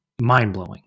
Mind-blowing